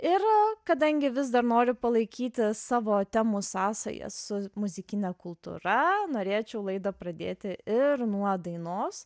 ir kadangi vis dar noriu palaikyti savo temų sąsają su muzikine kultūra norėčiau laidą pradėti ir nuo dainos